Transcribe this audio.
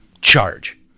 charge